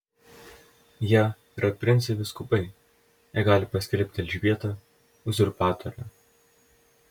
jie yra princai vyskupai jie gali paskelbti elžbietą uzurpatore